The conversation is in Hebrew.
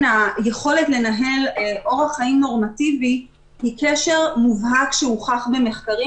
היכולת לנהל אורח חיים נורמטיבי הוא קשר מובהק שהוכח במחקרים,